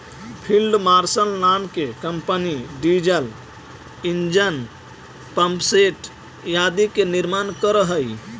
field marshal नाम के company diesel engine, pumpset आदि के निर्माण करऽ हई